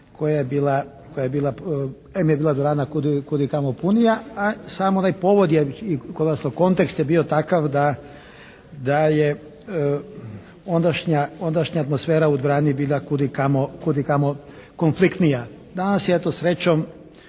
koja je bila, em je bila dvorana kudikamo punija, a i sam onaj povod i, odnosno, kontekst je bio takav da je ondašnja atmosfera u dvorani bila kudikamo konfliktnija. Danas je eto srećom